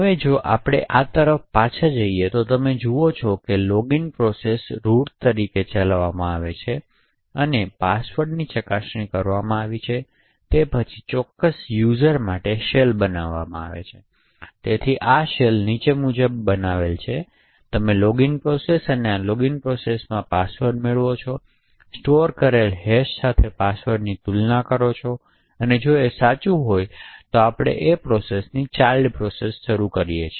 હવે જો આપણે આ તરફ પાછા જઈએ તો તમે જુઓ છો તે છે કે લોગિન પ્રોસેસ રુટ તરીકે ચલાવે છે અને પાસવર્ડની ચકાસણી કરવામાં આવી હતી તે પછી તે ચોક્કસ યુઝર માટે શેલ બનાવશે તેથી આ શેલ નીચે મુજબ કંઈક બનાવેલ છે તેથી તમે લૉગિન પ્રોસેસ અને આ લોગિન પ્રોસેસમાં તમે પાસવર્ડ મેળવો છો અને સ્ટોર કરેલા હેશ સાથે પાસવર્ડની તુલના કરો અને જો આ સાચું છે તો આપણે પ્રોસેસ ચાઇલ્ડ પ્રોસેસને શરૂ કરીશું